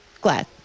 glad